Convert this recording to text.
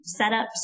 setups